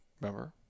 remember